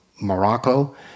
Morocco